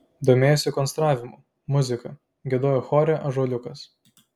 domėjosi konstravimu muzika giedojo chore ąžuoliukas